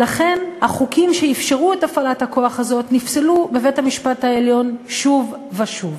לכן החוקים שאפשרו את הפעלת הכוח הזה נפסלו בבית-המשפט העליון שוב ושוב.